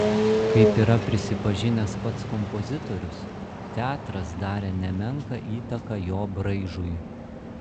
kaip yra prisipažinęs pats kompozitorius teatras darė nemenką įtaką jo braižui